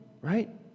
right